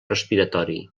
respiratori